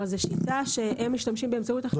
זו שיטה שהם משתמשים בה,